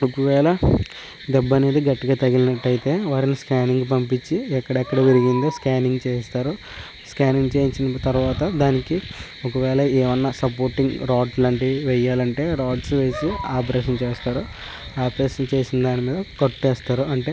ఒకవేళ దెబ్బ అనేది గట్టిగా తగిలినట్టు అయితే వారిని స్కానింగ్ పంపించి ఎక్కడెక్కడ విరిగిందో స్కానింగ్ చేయిస్తారు స్కానింగ్ చేయించిన తరువాత దానికి ఒకవేళ ఏమైనా సపోర్టింగ్ రాడ్ లాంటివి వేయాలి అంటే రాడ్స్ వేసి ఆపరేషన్ చేస్తారు ఆపరేషన్ చేసిన దాని మీద కట్టు వేస్తారు అంటే